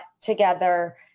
together